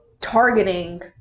targeting